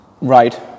Right